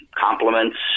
compliments